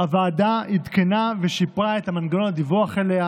הוועדה עדכנה ושיפרה את מנגנון הדיווח אליה.